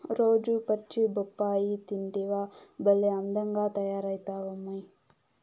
రోజూ పచ్చి బొప్పాయి తింటివా భలే అందంగా తయారైతమ్మన్నీ